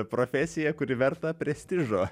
profesiją kuri verta prestižo